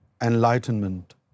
enlightenment